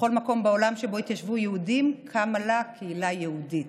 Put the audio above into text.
בכל מקום בעולם שבו התיישבו יהודים קמה לה קהילה יהודית,